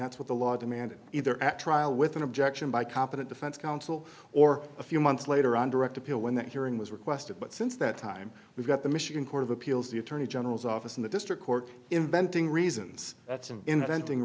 that's what the law demanded either at trial with an objection by competent defense counsel or a few months later on direct appeal when that hearing was requested but since that time we've got the michigan court of appeals the attorney general's office in the district court inventing reasons that's an inventing